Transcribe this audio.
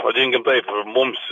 vadinkim taip mums